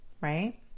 Right